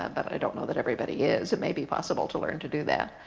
ah but i don't know that everybody is. it may be possible to learn to do that.